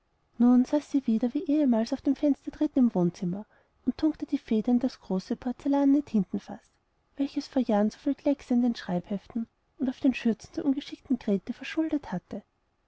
nun saß sie wieder wie ehemals auf dem fenstertritt im wohnzimmer und tunkte die feder in das große porzellanene tintenfaß welches vor jahren so viel kleckse in den schreibeheften und auf den schürzen der ungeschickten grete verschuldet hatte